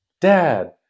Dad